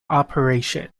operation